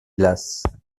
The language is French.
glace